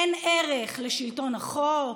אין ערך לשלטון החוק,